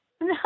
No